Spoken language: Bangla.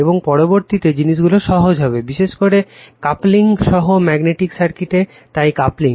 এবং পরবর্তীতে জিনিসগুলি সহজ হবে বিশেষ করে কাপলিং সহ ম্যাগনেটিক সার্কিটে তাই কাপলিং